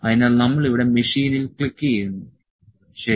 അതിനാൽ നമ്മൾ ഇവിടെ മെഷീനിൽ ക്ലിക്കുചെയ്യുന്നു ശരി